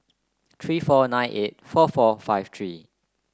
three four nine eight four four five three